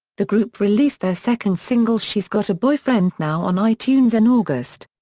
the group released their second single she's got a boyfriend now on itunes in august.